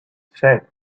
set